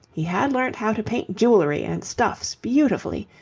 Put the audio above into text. he had learnt how to paint jewellery and stuffs beautifully,